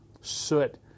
soot